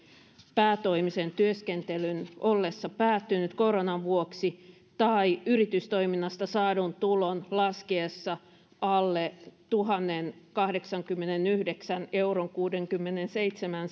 päätoimisen työskentelyn ollessa päättynyt koronan vuoksi tai yritystoiminnasta saadun tulon laskiessa alle tuhannenkahdeksankymmenenyhdeksän pilkku kuudenkymmenenseitsemän